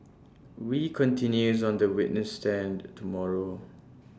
wee continues on the witness stand tomorrow